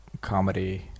comedy